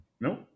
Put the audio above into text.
no